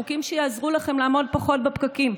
חוקים שיעזרו לכם לעמוד פחות בפקקים,